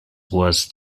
was